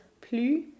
plus